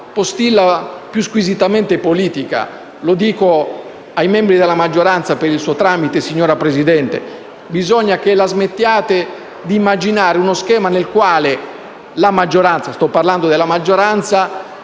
postilla più squisitamente politica, lo dico ai membri della maggioranza per il suo tramite, signor Presidente: bisogna che la smettiate di immaginare uno schema nel quale la maggioranza faccia la parte della destra